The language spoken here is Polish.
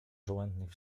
żołędnych